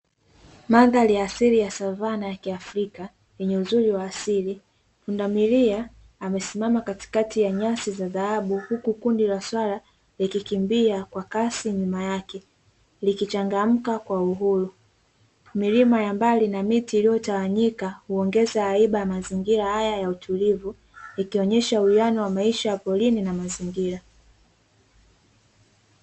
Mandhari asili ya savana ya kiafrika yenye uzuri wa asili pundamilia amesimama katikati ya nyasi za dhahabu, huku kundi la swala likikimbia kwa kasi nyuma yake likichangamka kwa uhuru milima ya mbali na miti iliyotawanyika, huongeza haiba ya mazingira haya ya utulivu ikionyesha uwiano wa maisha ya porini na mazingira.